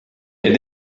est